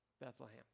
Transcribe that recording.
Bethlehem